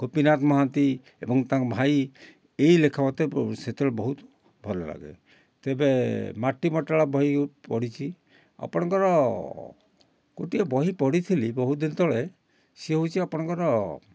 ଗୋପୀନାଥ ମହାନ୍ତି ଏବଂ ତାଙ୍କ ଭାଇ ଏଇ ଲେଖା ମୋତେ ସେତେବେଳେ ବହୁତ ଭଲ ଲାଗେ ତେବେ ମାଟିମଟାଳ ବହି ପଢ଼ିଛି ଆପଣଙ୍କର ଗୋଟିଏ ବହି ପଢ଼ିଥିଲି ବହୁତ ଦିନ ତଳେ ସିଏ ହେଉଛି ଆପଣଙ୍କର